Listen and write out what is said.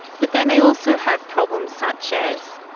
but they may also have problems such as